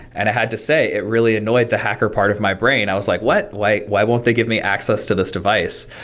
and i had to say it really annoyed the hacker part of my brain. i was like, what? why why won't they give me access to this device?